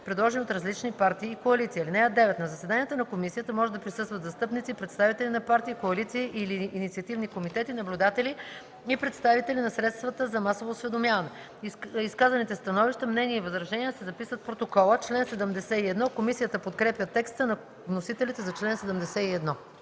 предложени от различни партии и коалиции. (9) На заседанията на комисията може да присъстват застъпници, представители на партии, коалиции или инициативни комитети, наблюдатели и представители на средствата за масово осведомяване. Изказаните становища, мнения и възражения се записват в протокола.” Комисията подкрепя текста на вносителите за чл. 71.